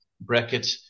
bracket